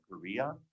Korea